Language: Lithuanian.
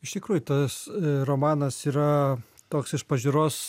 iš tikrųjų tas romanas yra toks iš pažiūros